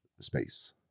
space